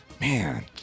Man